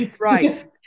right